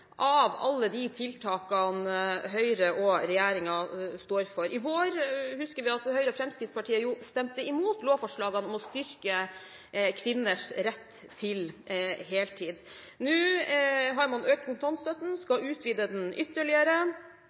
av alle de tiltakene Høyre og regjeringen står for. I vår, husker vi, stemte Høyre og Fremskrittspartiet imot lovforslagene om å styrke kvinners rett til heltid. Nå har man økt kontantstøtten, skal utvide den ytterligere,